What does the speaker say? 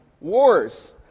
wars